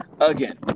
Again